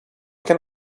can